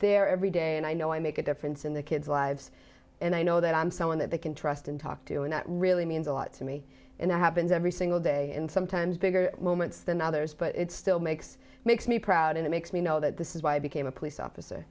there every day and i know i make a difference in their kids lives and i know that i'm someone that they can trust and talk to and that really means a lot to me in that happens every single day and sometimes bigger moments than others but it still makes makes me proud and it makes me know that this is why i became a police officer